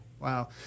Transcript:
Wow